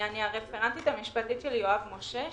אני הרפרנטית המשפטית של יואב משה,